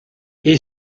est